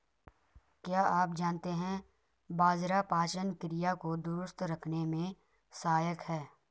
क्या आप जानते है बाजरा पाचन क्रिया को दुरुस्त रखने में सहायक हैं?